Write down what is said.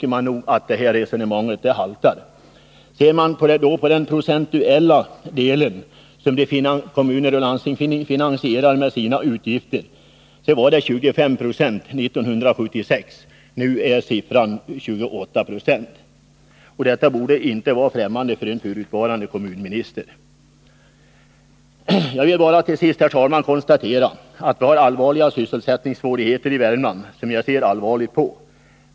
Med dessa siffror för ögonen måste man tycka att socialdemokraternas resonemang haltar. År 1976 finansierades kommunernas och landstingens utgifter till 25 96 med statsmedel. Nu är siffran 28 20. Det bör inte vara främmande för en förutvarande kommunminister. Låt mig, herr talman, till sist konstatera att sysselsättningsproblemen i Värmland är allvarliga.